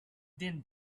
din